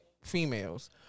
females